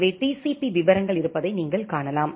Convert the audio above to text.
B விவரங்கள் இருப்பதை நீங்கள் காணலாம்